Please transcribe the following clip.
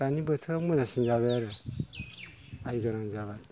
दानि बोथोराव मोजांसिन जाबाय आरो आइ गोनां जाबाय